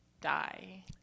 die